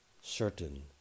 certain